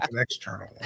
external